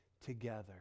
together